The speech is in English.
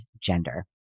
gender